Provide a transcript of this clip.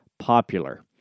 popular